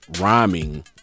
rhyming